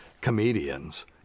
comedians